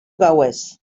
gauez